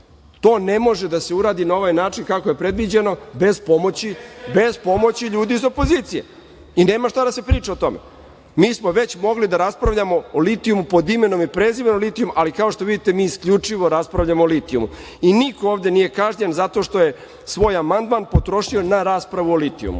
To ne može da se uradi na ovaj način kako je predviđeno, bez pomoći ljudi iz opozicije. Nema šta da se priča o tome. Mi smo već mogli da raspravljamo o litijumu pod imenom i prezimenom litijuma, ali kao što vidite, mi isključivo raspravljamo o litijumu. I niko ovde nije kažnjen zato što je svoj amandman potrošio na raspravu o litijumu.